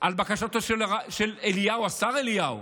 על בקשתו של אליהו, השר אליהו,